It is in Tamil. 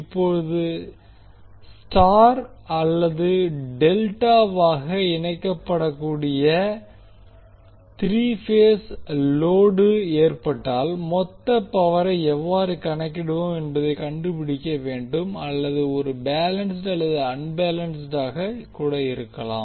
இப்போது Y அல்லது டெல்டாவாக இணைக்கப்படக்கூடிய த்ரீ பேஸ் லோடு ஏற்பட்டால் மொத்த பவரை எவ்வாறு கணக்கிடுவோம் என்பதைக் கண்டுபிடிக்க வேண்டும் அல்லது அது பேலன்ஸ்ட் அல்லது அன்பேலன்ஸ்ட் ஆக இருக்கலாம்